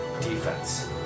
defense